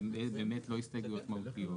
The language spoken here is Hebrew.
במקום "יחולו פסקאות (4),